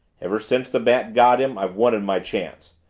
ever since the bat got him i've wanted my chance.